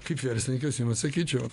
kaip verslininkas jum atsakyčiau